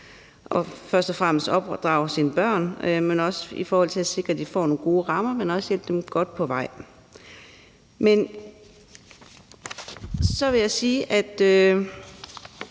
for først og fremmest at opdrage deres børn, men også for at sikre, at de får nogle gode rammer, og hjælpe dem godt på vej. Så vil jeg sige, at